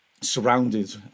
surrounded